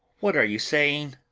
what are you saying?